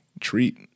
treat